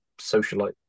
socialite